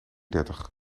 dertig